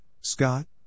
Scott